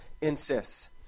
insists